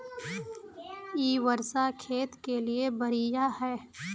इ वर्षा खेत के लिए बढ़िया है?